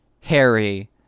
Harry